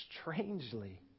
strangely